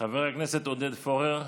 חבר הכנסת עודד פורר,